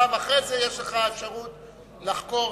אחרי זה יש לך אפשרות לחקור,